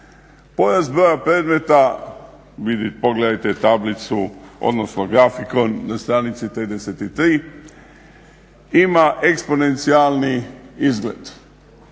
Pojas broja predmeta pogledajte tablicu, odnosno grafikon na stranici 33 ima eksponencijalni izgled.